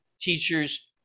teachers